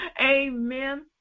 Amen